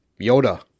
Yoda